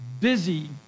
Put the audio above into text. busy